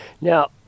Now